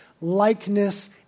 likeness